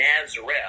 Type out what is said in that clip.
Nazareth